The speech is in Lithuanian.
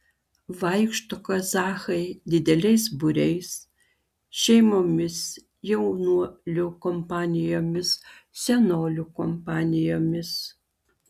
vaikšto kazachai dideliais būriais šeimomis jaunuolių kompanijomis senolių kompanijomis